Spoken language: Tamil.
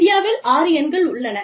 இந்தியாவில் ஆறு எண்கள் உள்ளன